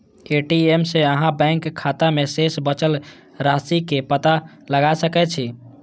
ATM सं अहां bank खाता मे शेष बचल राशिक पता लगा सकै छी